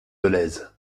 dolez